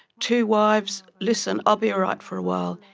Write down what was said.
two wives, listen, i'll be all right for a while,